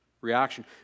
reaction